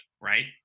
Right